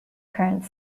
current